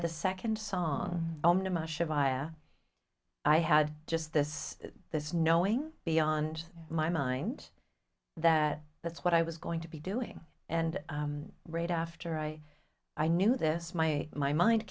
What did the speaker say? the second song i had just this this knowing beyond my mind that that's what i was going to be doing and right after i i knew this my my mind